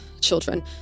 children